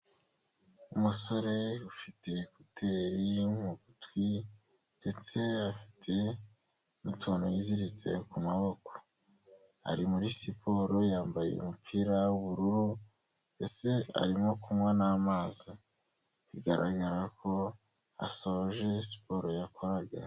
Umusore ufite ekoteri mu gutwi ndetse afite n'utuntu yiziritse ku maboko ari muri siporo, yambaye umupira w'ubururu ndetse arimo kunywa n'amazi, bigaragara ko asoje siporo yakoraga.